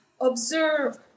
Observe